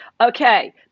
okay